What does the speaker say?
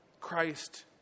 Christ